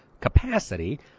capacity